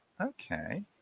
Okay